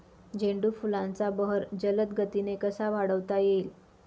झेंडू फुलांचा बहर जलद गतीने कसा वाढवता येईल?